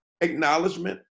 acknowledgement